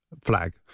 flag